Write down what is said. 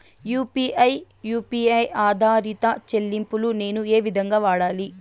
UPI U P I ఆధారిత చెల్లింపులు నేను ఏ విధంగా వాడాలి?